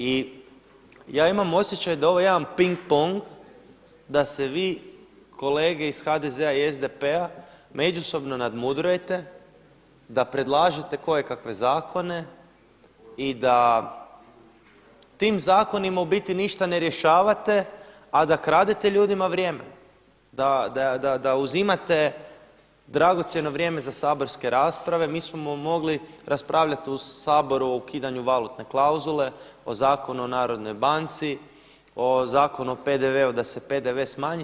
I ja imam osjećaj da je ovo jedan ping pong da se vi kolege iz HDZ-a i SDP-a međusobno nadmudrujete, da predlažete kojekakve zakone i da tim zakonima u biti ništa ne rješavate a da kradete ljudima vrijeme, da uzimate dragocjeno vrijeme za saborske rasprave, mi smo mogli raspravljati u Saboru o ukidanju valutne klauzule, o Zakonu o Narodnoj banci, o Zakonu o PDV-u da se PDV smanji.